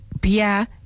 Beer